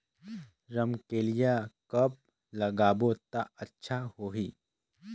रमकेलिया कब लगाबो ता अच्छा होही?